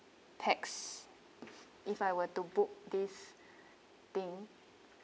paxs if I were to book this thing